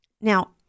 Now